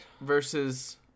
versus